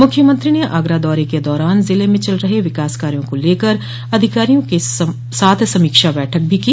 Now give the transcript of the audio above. मुख्यमंत्री ने आगरा दौरे के दौरान जिले में चल रहे विकास कार्यो को लेकर अधिकारियों के साथ समीक्षा बैठक भी की